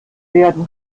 werden